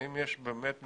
האם יש באמת מקרים,